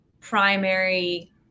primary